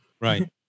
right